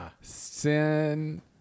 Sin